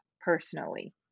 personally